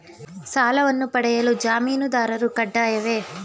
ಸಾಲವನ್ನು ಪಡೆಯಲು ಜಾಮೀನುದಾರರು ಕಡ್ಡಾಯವೇ?